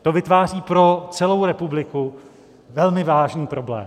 To vytváří pro celou republiku velmi vážný problém.